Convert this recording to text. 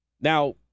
Now